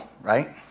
right